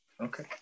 okay